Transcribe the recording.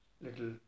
little